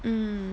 um